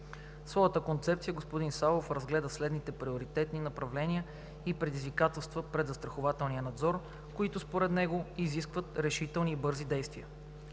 своята концепция господин Савов разгледа следните приоритетни направления и предизвикателства пред застрахователния надзор, които според него изискват решителни и бързи действия: